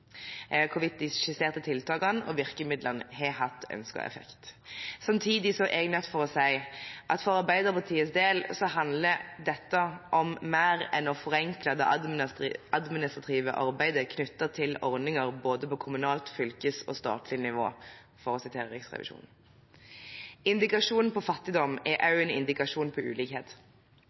hvorvidt de skisserte tiltakene og virkemidlene har hatt ønsket effekt. Samtidig er jeg nødt til å si at for Arbeiderpartiets del handler dette om mer enn å forenkle det administrative arbeidet knyttet til ordningene både på kommunalt, fylkeskommunalt og statlig nivå, som Riksrevisjonen sier. Indikasjonen på fattigdom er også en indikasjon på ulikhet.